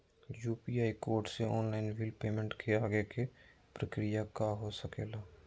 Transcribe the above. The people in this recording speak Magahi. यू.पी.आई कोड से ऑनलाइन बिल पेमेंट के आगे के प्रक्रिया का हो सके ला?